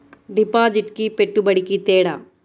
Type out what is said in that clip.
డిపాజిట్కి పెట్టుబడికి తేడా?